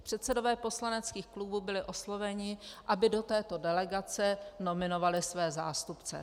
Předsedové poslaneckých klubů byli osloveni, aby do této delegace nominovali své zástupce.